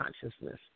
consciousness